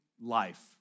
life